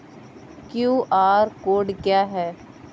QR code क्या है?